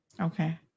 okay